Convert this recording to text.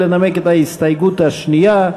לנמק את ההסתייגות השנייה,